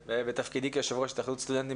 בתפקידי כיושב ראש התאחדות הסטודנטים,